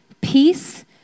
peace